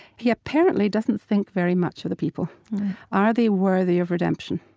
he apparently doesn't think very much of the people are they worthy of redemption?